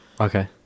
okay